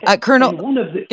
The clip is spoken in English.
Colonel